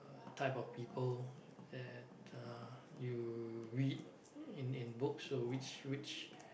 type of people that uh you read in in books so which which